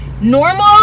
normal